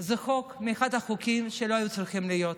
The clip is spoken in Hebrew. זה אחד החוקים שלא היו צריכים להיות,